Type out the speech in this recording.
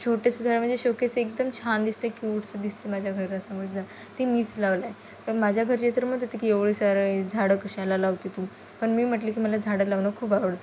छोटंसं झाडं म्हणजे शोकेस एकदम छान दिसते क्यूटसं दिसते माझ्या घरात समजा ती मीच लावला आहे तर माझ्या घरचे तर म्हणत होती की एवढी सारं झाडं कशाला लावते तू पण मी म्हटलं की मला झाडं लावणं खूप आवडतं